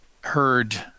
heard